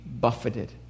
buffeted